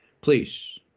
please